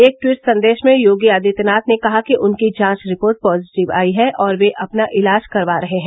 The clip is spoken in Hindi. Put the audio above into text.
एक ट्वीट सदेंश में योगी आदित्यनाथ ने कहा कि उनकी जांच रिपोर्ट पॉजिटिव आई है और वे अपना इलाज करवा रहे हैं